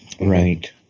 Right